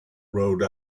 rhode